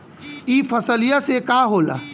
ई फसलिया से का होला?